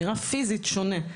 שנראה פיזית שונה.